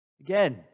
Again